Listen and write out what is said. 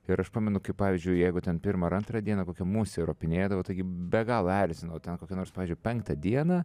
ir aš pamenu kaip pavyzdžiui jeigu ten pirmą ar antrą dieną kokia musė ropinėdavo taigi be galo erzino o ten kokią nors pavyzdžiui penktą dieną